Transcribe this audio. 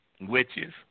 witches